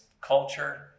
culture